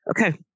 okay